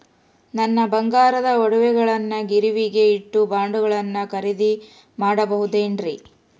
ನನ್ನ ಬಂಗಾರದ ಒಡವೆಗಳನ್ನ ಗಿರಿವಿಗೆ ಇಟ್ಟು ಬಾಂಡುಗಳನ್ನ ಖರೇದಿ ಮಾಡಬಹುದೇನ್ರಿ?